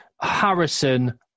Harrison